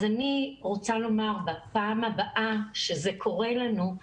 אז אני רוצה לומר, בפעם הבאה שזה קורה לנו,